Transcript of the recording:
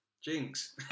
Jinx